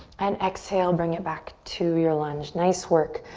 and exhale, bring it back to your lunge. nice work.